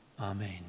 Amen